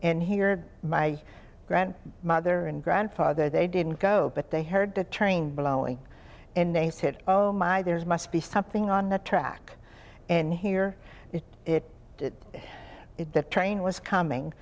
and here my grand mother and grandfather they didn't go but they heard the train blowing and they said oh my there's must be something on the track and here if it did it that train was coming